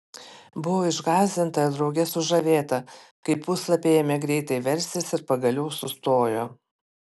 buvau išgąsdinta ir drauge sužavėta kai puslapiai ėmė greitai verstis ir pagaliau sustojo